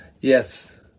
Yes